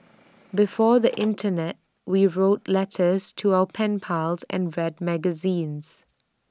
before the Internet we wrote letters to our pen pals and read magazines